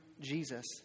Jesus